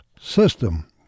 system